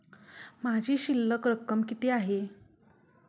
माझी शिल्लक रक्कम किती आहे?